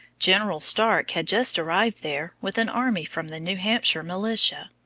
general stark had just arrived there with an army from the new hampshire militia.